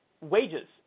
wages